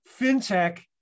fintech